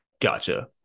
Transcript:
Gotcha